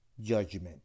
judgment